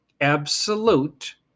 absolute